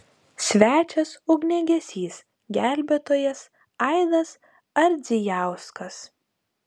svečias ugniagesys gelbėtojas aidas ardzijauskas